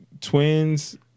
twins